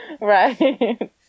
Right